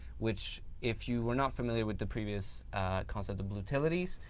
which if you were not familiar with the previous concept of blutilities,